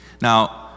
Now